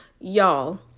Y'all